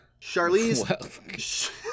Charlize